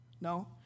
No